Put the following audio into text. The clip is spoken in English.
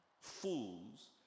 Fools